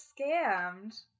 scammed